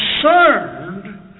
concerned